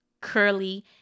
curly